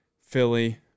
Philly